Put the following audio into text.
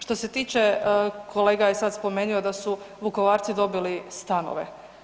Što se tiče, kolega je sada spomenuo da su Vukovarci dobili stanove.